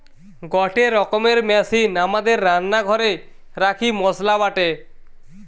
গটে রকমের মেশিন আমাদের রান্না ঘরে রাখি মসলা বাটে